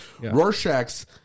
Rorschach's